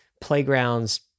playgrounds